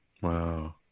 Wow